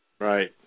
Right